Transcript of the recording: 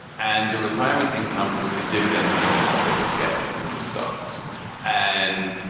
and the retirement income was the dividend payments that they would get from the stocks and.